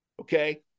okay